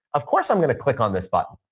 of course, i'm going to click on this button.